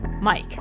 Mike